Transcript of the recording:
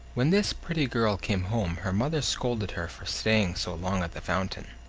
when this pretty girl came home her mother scolded her for staying so long at the fountain.